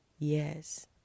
Yes